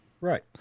Right